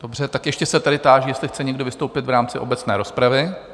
Dobře, tak ještě se tedy táži, jestli chce někdo vystoupit v rámci obecné rozpravy?